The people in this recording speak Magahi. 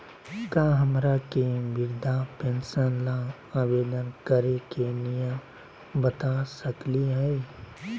का हमरा के वृद्धा पेंसन ल आवेदन करे के नियम बता सकली हई?